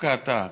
דווקא אתה,